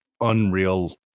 unreal